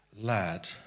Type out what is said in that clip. lad